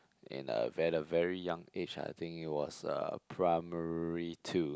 in a ver~ a very young age I think it was uh primary two